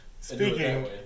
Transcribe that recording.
Speaking